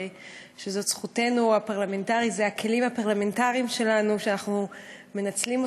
שזו זכותנו הפרלמנטרית ואלה הכלים הפרלמנטריים שלנו שאנחנו מנצלים,